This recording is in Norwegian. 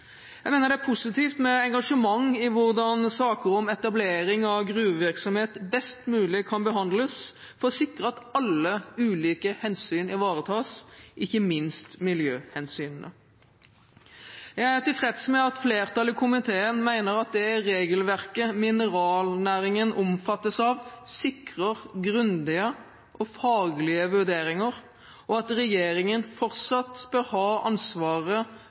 Jeg mener det er positivt med engasjement i hvordan saker om etablering av gruvevirksomhet best mulig kan behandles for å sikre at alle ulike hensyn ivaretas, ikke minst miljøhensynene. Jeg er tilfreds med at flertallet i komiteen mener at det regelverket mineralnæringen omfattes av, sikrer grundige og faglige vurderinger, og at regjeringen fortsatt bør ha ansvaret